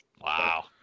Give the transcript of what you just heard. Wow